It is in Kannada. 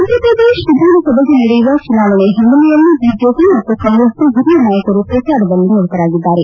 ಮಧ್ಯಪ್ರದೇಶ ವಿಧಾನಸಭೆಗೆ ನಡೆಯುವ ಚುನಾವಣೆ ಹಿನ್ನೆಲೆಯಲ್ಲಿ ಬಿಜೆಪಿ ಮತ್ತು ಕಾಂಗ್ರೆಸ್ನ ಹಿರಿಯ ನಾಯಕರು ಪ್ರಚಾರದಲ್ಲಿ ನಿರತರಾಗಿದ್ದಾರೆ